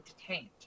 detained